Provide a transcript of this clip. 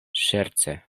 ŝerce